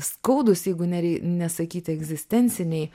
skaudūs jeigu nerei nesakyti egzistenciniai